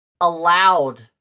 allowed